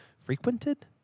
Frequented